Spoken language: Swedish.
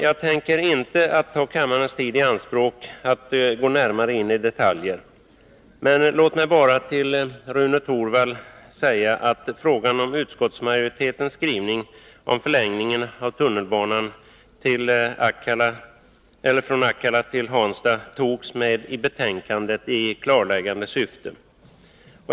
Jag tänker inte ta kammarens tid i anspråk för att gå närmare in på detaljer. Låt mig bara till Rune Torwald säga att frågan om utskottsmajoritetens skrivning om förlängningen av tunnelbanan från Akalla till Hansta togs med i betänkandet i klarläggande syfte.